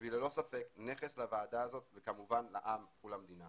וללא ספק היא נכס לוועדה הזאת וכמובן לעם ולמדינה.